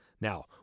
Now